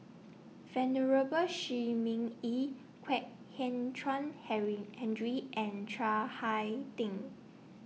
Venerable Shi Ming Yi Kwek Hian Chuan Henry Andre and Chiang Hai Ding